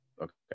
okay